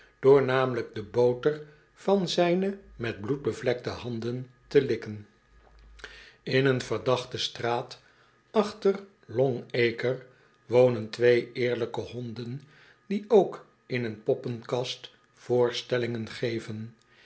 namelijk de boter van zijne met bloed bevlekte handen te likken in een verdachte straat achter long-acre wonen twee eerlijke honden die ook in een poppenkast voorstellingen geven